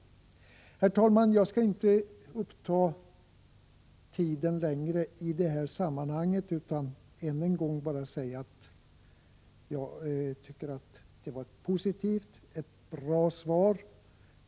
Herr talman! Jag skall inte uppta tiden mer i denna fråga, utan jag vill bara än en gång säga att jag tycker att det var ett positivt och bra svar.